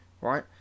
right